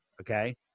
Okay